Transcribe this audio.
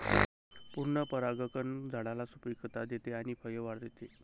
पूर्ण परागकण झाडाला सुपिकता देते आणि फळे वाढवते